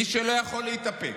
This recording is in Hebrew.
מי שלא יכול להתאפק,